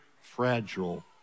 fragile